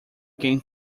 can